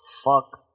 fuck